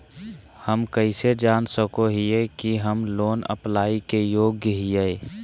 हम कइसे जान सको हियै कि हम लोन अप्लाई के योग्य हियै?